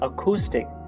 Acoustic